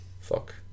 Fuck